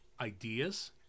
ideas